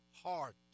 heart